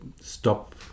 stop